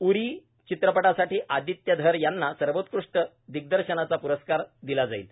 उरी चित्रपटासाठी आदित्य धर यांना सर्वोत्कृष्ट दिग्दर्शनाचा प्रस्कार दिला जाईल